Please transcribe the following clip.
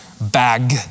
bag